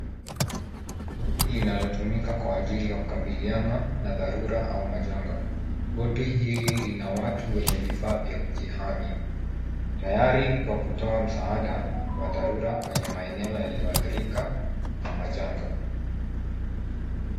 Boti linalotumika kwa ajili ya kukabiliana na dharura au majanga. Boti hili lina watu wenye vifaa vya kujihami tayari kwa kutoa msaada wa dharura kwenye maeneo yaliyoadhirika na majanga.